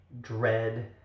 dread